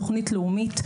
תוכנית לאומית,